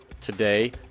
today